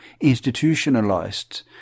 institutionalized